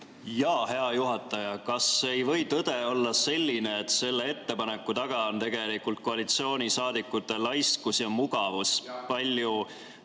palun! Hea juhataja! Kas ei või tõde olla selline, et selle ettepaneku taga on tegelikult koalitsioonisaadikute laiskus ja mugavus? Palju